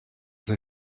they